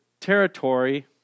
territory